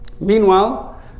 Meanwhile